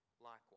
likewise